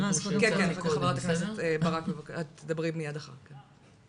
חברת הכנסת ברק את תדברי מיד אחר כך.